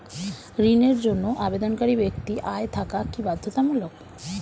ঋণের জন্য আবেদনকারী ব্যক্তি আয় থাকা কি বাধ্যতামূলক?